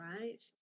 right